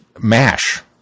MASH